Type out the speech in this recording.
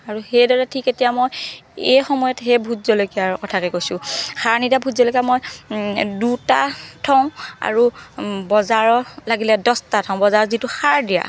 আৰু সেইদৰে ঠিক এতিয়া মই এই সময়ত সেই ভোট জলকীয়াৰ কথাকে কৈছোঁ সাৰ নিদিয়া ভোট জলকীয়া মই দুটা থওঁ আৰু বজাৰৰ লাগিলে দছটা থওঁ বজাৰৰ যিটো সাৰ দিয়া